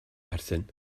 perthyn